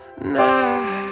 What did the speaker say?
night